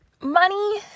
money